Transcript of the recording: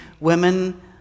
women